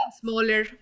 smaller